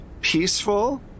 peaceful